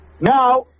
now